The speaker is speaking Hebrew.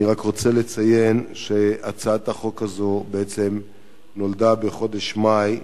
אני רק רוצה לציין שהצעת החוק הזאת בעצם נולדה בחודש מאי,